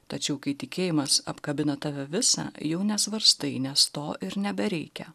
tačiau kai tikėjimas apkabina tave visą jau nesvarstai nes to ir nebereikia